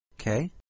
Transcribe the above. Okay